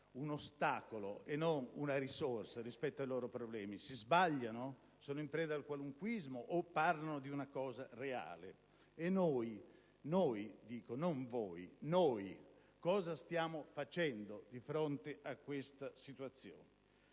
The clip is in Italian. un ostacolo e non una risorsa rispetto ai loro problemi, si sbagliano? Sono in preda al qualunquismo o parlano di una cosa reale? Noi - non voi - cosa stiamo facendo di fronte a questa situazione?